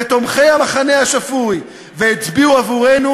ותומכי המחנה השפוי הצביעו עבורנו,